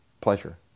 pleasure